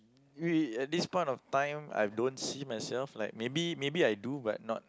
at this point of time I don't see myself like maybe maybe I do but not